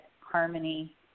Harmony